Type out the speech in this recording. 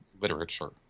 literature